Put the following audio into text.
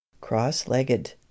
cross-legged